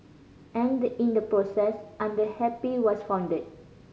and in the process Under Happy was founded